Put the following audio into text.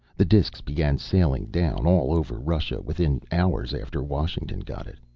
the discs began sailing down all over russia within hours after washington got it.